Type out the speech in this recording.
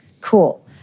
cool